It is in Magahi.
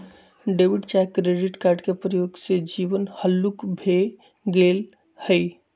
डेबिट चाहे क्रेडिट कार्ड के प्रयोग से जीवन हल्लुक भें गेल हइ